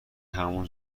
همون